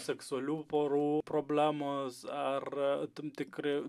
seksualių porų problemos ar tam tikri